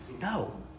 No